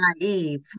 naive